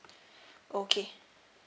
okay